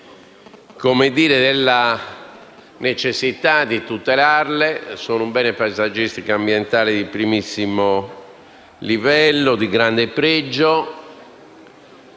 e quindi della necessità di tutelarle. Sono un bene paesaggistico e ambientale di primissimo livello e di grande pregio;